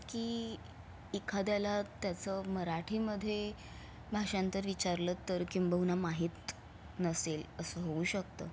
की एखाद्याला त्याचं मराठीमध्ये भाषांतर विचारलं तर किंबहुना माहीत नसेल असं होऊ शकतं